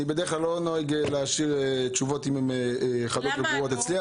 אני בדרך-כלל לא נוהג להשאיר תשובות אם הן חדות וברורות אצלי,